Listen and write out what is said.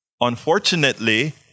Unfortunately